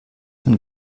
man